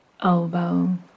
elbow